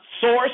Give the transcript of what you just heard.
source